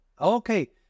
Okay